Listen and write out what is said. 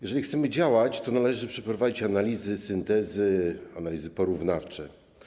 Jeżeli chcemy działać, to należy przeprowadzić analizy, syntezy, analizy porównawcze.